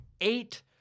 eight